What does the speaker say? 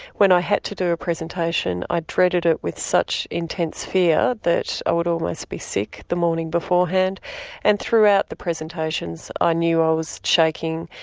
when i had to do a presentation i dreaded it with such intense fear that i would always be sick the morning beforehand and throughout the presentations i ah knew i was shaking,